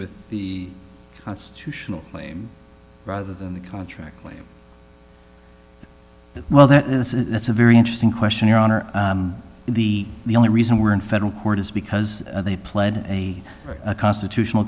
with the constitutional claim rather than the contract claim that well that is that's a very interesting question your honor the the only reason we're in federal court is because they pled a constitutional